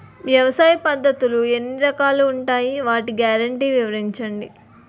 వ్యవసాయ పద్ధతులు ఎన్ని రకాలు ఉంటాయి? వాటి గ్యారంటీ వివరించండి?